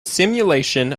simulation